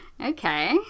Okay